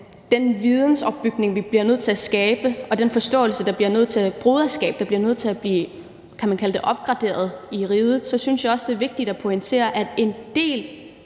den vidensopbygning, som vi bliver nødt til at skabe, og den forståelse, det broderskab, der bliver nødt til at blive, man kan kalde det opgraderet i riget, så synes jeg også, det er vigtigt at pointere, at en del